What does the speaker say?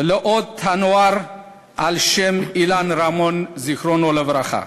ולאות הנוער על שם אילן רמון, זיכרונו לברכה.